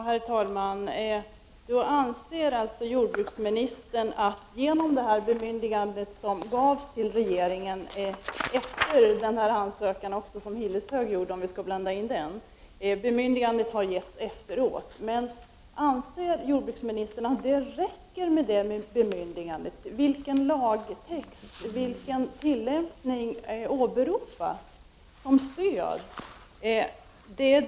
Herr talman! Jordbruksministern tar upp att det har getts ett bemyndigande till regeringen efteråt, t.ex. efter ansökan från Hilleshög. Anser jordbruksministern att det räcker med det bemyndigandet? Vilken lagtext och vilken tillämpning åberopar man som stöd?